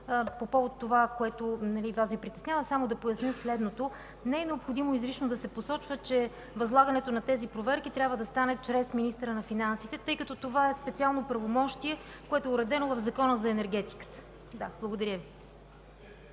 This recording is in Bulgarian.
по повод това, което Вас Ви притеснява, само да поясня следното – не е необходимо изрично да се посочва, че възлагането на тези проверки трябва да стане чрез министъра на финансите, тъй като това е специално правомощие, което е уредено в Закона за енергетиката. Благодаря Ви.